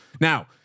Now